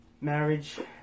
Marriage